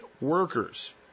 workers